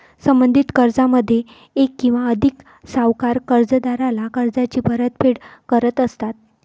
संबंधित कर्जामध्ये एक किंवा अधिक सावकार कर्जदाराला कर्जाची परतफेड करत असतात